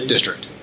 District